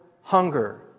hunger